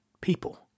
people